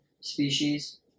species